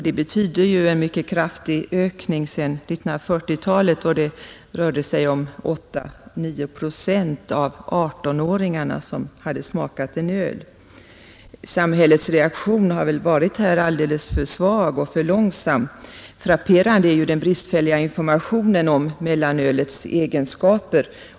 Det betyder en mycket kraftig ökning sedan 1940-talet då det rörde sig om 8, 9 procent av 18-åringarna som hade smakat en öl. Samhällets reaktion har väl här varit alldeles för svag och för långsam. Frapperande är ju den bristfälliga informationen om mellanölets egenskaper.